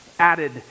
added